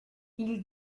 ils